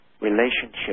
relationship